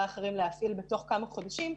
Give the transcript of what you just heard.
הממשלה האחרים להפעיל בתוך כמה חודשים,